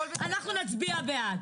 אנחנו נצביע בעד.